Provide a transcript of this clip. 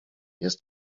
jest